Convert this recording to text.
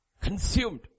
Consumed